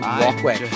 walkway